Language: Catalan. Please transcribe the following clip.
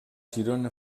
girona